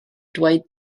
dweud